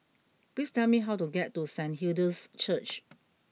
please tell me how to get to Saint Hilda's Church